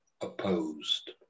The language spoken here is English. opposed